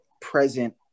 present